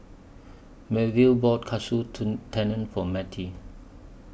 Melville bought Katsu Tendon For Mattie